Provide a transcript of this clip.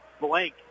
Blank